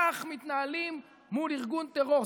כך מתנהלים מול ארגון טרור".